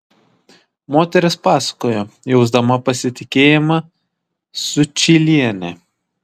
moteris pasakojo jausdama pasitikėjimą sučyliene